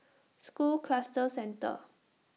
School Cluster Centre